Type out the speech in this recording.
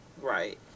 right